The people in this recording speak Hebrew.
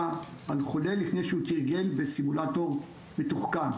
על חולה לפני שהוא תרגל בסימולטור מתוחכם,